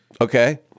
Okay